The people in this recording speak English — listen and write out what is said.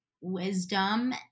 wisdom